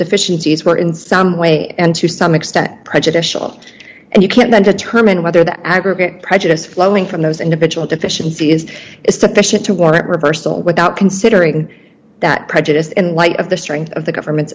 deficiencies were in some way and to some extent prejudicial and you can then determine whether the aggregate prejudice flowing from those individual deficiency is sufficient to warrant reversal without considering that prejudice in light of the strength of the government